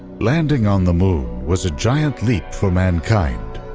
landing on the moon was a giant leap for mankind.